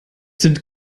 sind